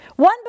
One